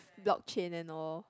blockchain and all